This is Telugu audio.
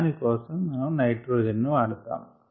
దాని కోసం మనం నైట్రోజెన్ ను వాడుతాము